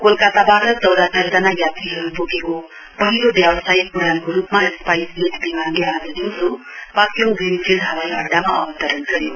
कोलकताबाट चैरातर जना यात्रीहरू बोकेको पहिलो व्यवासायिक उडानको रूपमा स्पाइस जेट विमान आज दिउँसो पाक्योङ ग्रीनफील्ड हवाइअङ्डामा अवतरण गर्यो